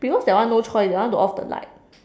because that one no choice they want to off the light